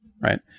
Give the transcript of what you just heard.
Right